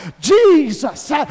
Jesus